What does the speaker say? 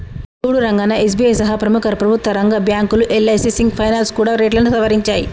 సూడు రంగన్నా ఎస్.బి.ఐ సహా ప్రముఖ ప్రభుత్వ రంగ బ్యాంకులు యల్.ఐ.సి సింగ్ ఫైనాల్స్ కూడా రేట్లను సవరించాయి